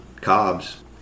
cobs